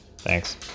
Thanks